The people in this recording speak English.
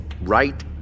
right